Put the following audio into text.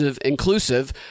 inclusive